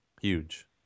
huge